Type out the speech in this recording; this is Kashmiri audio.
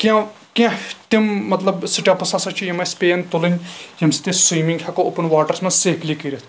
کینٛہہ کیٚنٛہہ تِم مطلب سِٹیپٕس ہسا چھِ یِم اَسہِ پیین تُلٕنۍ ییٚمہِ سۭتۍ أسۍ سُیمِنٛگ ہٮ۪کو اوٚپُن واٹرس منٛز سیفلی کٔرِتھ